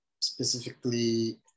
specifically